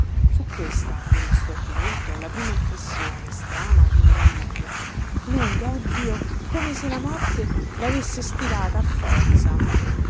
fu questa nello stordimento la prima impressione strana di meraviglia lunga oh dio come se la morte lavesse stirata a forza